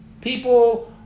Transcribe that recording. people